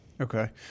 Okay